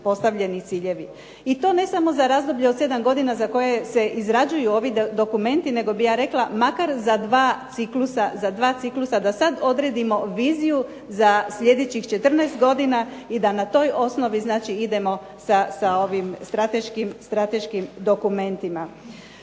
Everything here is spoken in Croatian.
i to ne samo za razdoblje od sedam godina za koje se izrađuju ovi dokumenti, nego bih ja rekla makar za dva ciklusa, za dva ciklusa da sad odredimo viziju za sljedećih 14 godina i da na toj osnovi znači idemo sa ovim strateškim dokumentima.